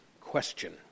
question